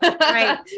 Right